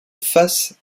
face